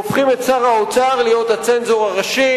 והופכים את שר האוצר להיות הצנזור הראשי,